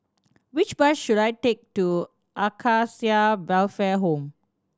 which bus should I take to Acacia Welfare Home